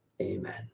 Amen